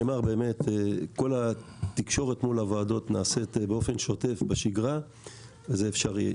כל התקשורת מול הוועדות נעשית באופן שוטף בשגרה וזה אפשרי.